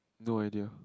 no idea